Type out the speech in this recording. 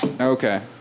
okay